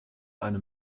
einem